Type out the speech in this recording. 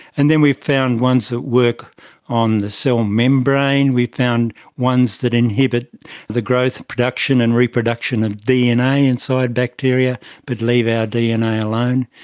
and then we've found ones that work on the cell membrane, we found ones that inhibit the growth production and reproduction of dna inside bacteria but leave our dna alone.